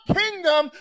kingdom